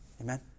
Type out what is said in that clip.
Amen